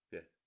Yes